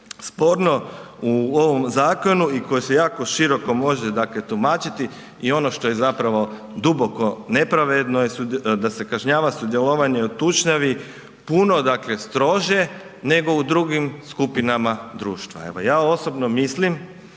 sporno u ovom zakonu i koje se jako široko može dakle tumačiti i ono što je zapravo duboko nepravedno je da se kažnjava sudjelovanje u tučnjavi puno dakle strože nego u drugim skupinama društva. Evo ja osobno mislim,